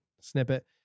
snippet